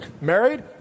Married